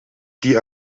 die